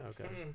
Okay